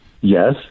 yes